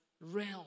realm